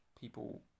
people